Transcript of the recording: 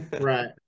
Right